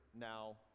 now